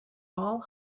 all